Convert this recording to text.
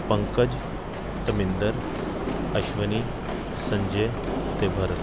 ਪੰਕਜ ਧਮਿੰਦਰ ਅਸ਼ਵਨੀ ਸੰਜੇ ਅਤੇ ਭਰਤ